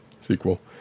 sequel